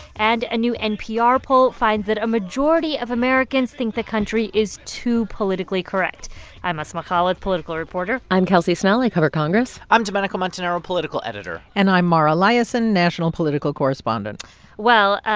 and a new npr poll finds that a majority of americans think the country is too politically correct i'm asma khalid, political reporter i'm kelsey snell. i cover congress i'm domenico montanaro, political editor and i'm mara liasson, national political correspondent well,